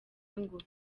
ngufi